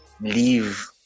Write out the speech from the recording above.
leave